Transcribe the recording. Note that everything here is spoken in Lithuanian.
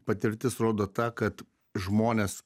patirtis rodo ta kad žmonės